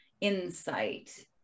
insight